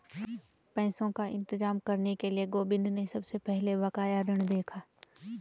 पैसों का इंतजाम करने के लिए गोविंद ने सबसे पहले बकाया ऋण देखा